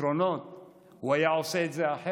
פתאום לאנשים יש פתרונות: הוא היה עושה את זה אחרת.